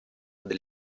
del